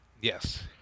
Yes